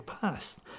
past